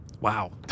wow